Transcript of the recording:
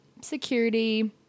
security